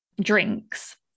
drinks